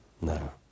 No